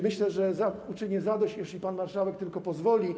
Myślę, że uczynię zadość, jeśli pan marszałek tylko pozwoli.